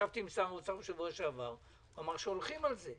ישבתי עם שר האוצר בשבוע שעבר, אמר שהולכים על זה.